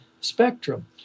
spectrum